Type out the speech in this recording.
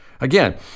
again